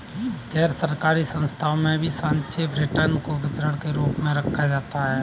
गैरसरकारी संस्थाओं में भी सापेक्ष रिटर्न को वितरण के रूप में रखा जाता है